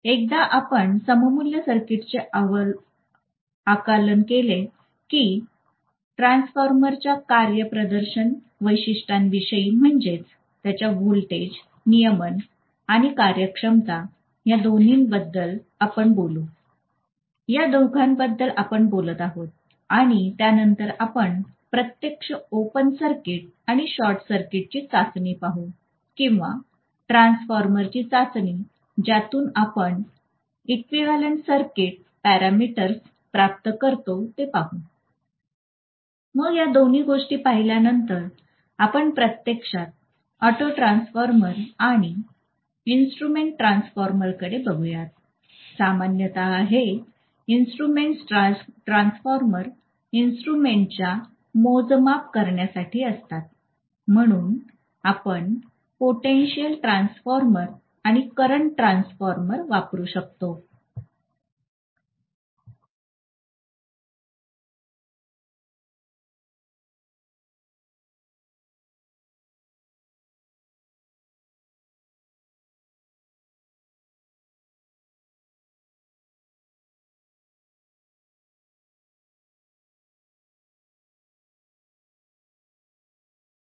एकदा आपणसममूल्य सर्किट चे आकलन केले की ट्रान्सफॉर्मर्सच्या कार्यप्रदर्शन वैशिष्ट्यांविषयी म्हणजेच त्याच्या व्होल्टेज विजेचा दाब नियमन आणि कार्यक्षमता ह्या दोघांबद्दल आपण बोलू या दोघांबद्दल आपण बोलत आहोत आणि त्या नंतर आपण प्रत्यक्ष ओपन सर्किट आणि शॉर्ट सर्किट ची चाचणी पाहू किंवा ट्रान्सफॉर्मर्सची चाचणी ज्यातून आपण इक्विवलेंट सर्किट पॅरामीटर्स प्राप्त करतो ते पाहू मग या गोष्टी पाहिल्यानंतर आपण प्रत्यक्षात ऑटो ट्रान्सफॉर्मर आणि इन्स्ट्रुमेंट्स ट्रान्सफॉर्मरकडे बघूयात सामान्यत हे इन्स्ट्रुमेंट्स ट्रान्सफॉर्मर इन्स्ट्रुमेंटेशनच्या मोजमाप करण्यासाठी असतात म्हणून आपण पोटेन्शिअल ट्रान्सफॉर्मर आणि करंट ट्रान्सफॉर्मर वापरू शकतो